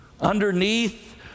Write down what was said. underneath